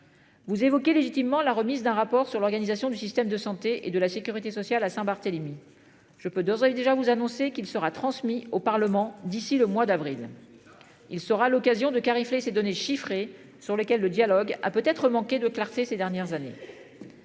Vous évoquez légitimement la remise d'un rapport sur l'organisation du système de santé et de la sécurité sociale à Saint-Barthélemy. Je peux désormais déjà vous annoncer qu'il sera transmis au Parlement d'ici le mois d'avril. Il sera l'occasion de clarifier ses données chiffrées sur lesquels le dialogue a peut-être manqué de clarté ces dernières années.